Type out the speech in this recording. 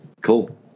cool